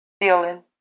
feeling